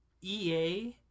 EA